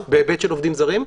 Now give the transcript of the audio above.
בהיבט של עובדים זרים.